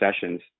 sessions